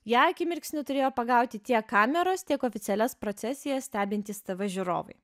ją akimirksniu turėjo pagauti tiek kameros tiek oficialias procesijas stebintys tv žiūrovai